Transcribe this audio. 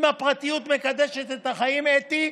אם הפרטיות מקדשת את החיים, אתי,